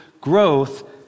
growth